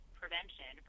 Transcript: prevention